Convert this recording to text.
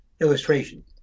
illustration